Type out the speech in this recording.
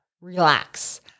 relax